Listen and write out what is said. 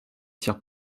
tire